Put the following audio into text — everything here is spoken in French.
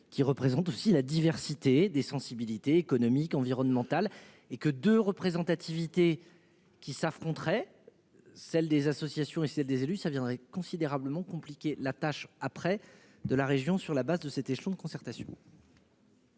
qui représentent aussi la diversité des sensibilités économiques, environnementales et que de représentativité qui s'affronteraient. Celle des associations et celle des élus ça viendrait considérablement compliqué la tâche après de la région sur la base de cet échelon de concertation.